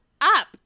up